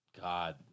God